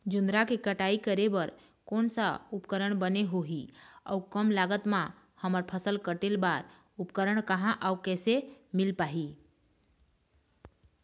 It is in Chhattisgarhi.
जोंधरा के कटाई करें बर कोन सा उपकरण बने होही अऊ कम लागत मा हमर फसल कटेल बार उपकरण कहा अउ कैसे मील पाही?